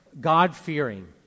God-fearing